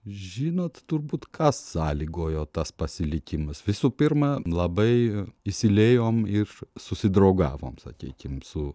žinot turbūt kas sąlygojo tas pasilikimas visų pirma labai įsiliejom ir susidraugavom sakykim su